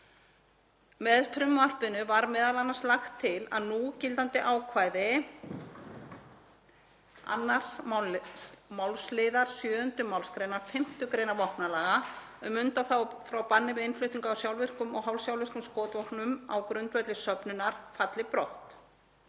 Með frumvarpinu var m.a. lagt til að núgildandi ákvæði 2. málsliðar 7. mgr. 5. gr. vopnalaga um undanþágu frá banni við innflutningi á sjálfvirkum og hálfsjálfvirkum skotvopnum á grundvelli söfnunar falli brott.